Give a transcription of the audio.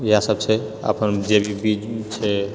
इएह सभ छै अपन जे भी बीज छै